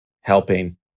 helping